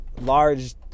large